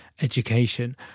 education